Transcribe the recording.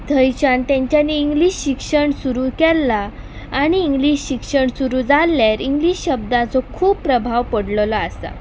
थंयच्यान तेंच्यांनी इंग्लिश शिक्षण सुरू केल्लां आनी इंग्लिश शिक्षण सुरू जाल्ल्यार इंग्लिश शब्दाचो खूब प्रभाव पडलेलो आसा